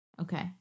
Okay